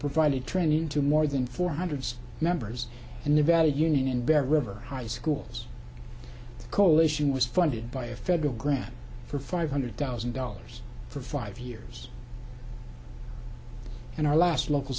provided training to more than four hundred members in the valley union and bear river high schools coalition was funded by a federal grant for five hundred thousand dollars for five years and our last local